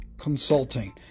Consulting